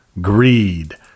greed